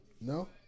No